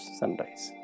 sunrise